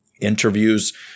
interviews